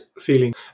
feeling